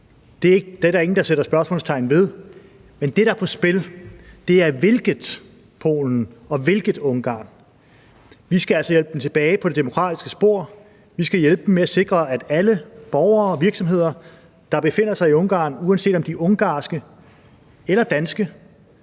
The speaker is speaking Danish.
er der ingen, der sætter spørgsmålstegn ved. Men det, der er på spil, er hvilket Polen og hvilket Ungarn. Vi skal altså hjælpe dem tilbage på det demokratiske spor. Vi skal hjælpe dem med at sikre, at alle borgere og virksomheder, der befinder sig i Ungarn, uanset om de er ungarske eller danske,